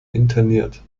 interniert